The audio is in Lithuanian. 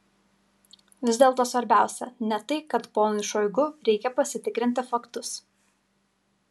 vis dėlto svarbiausia ne tai kad ponui šoigu reikia pasitikrinti faktus